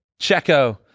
Checo